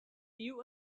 you